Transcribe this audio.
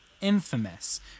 infamous